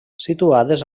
situades